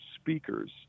speakers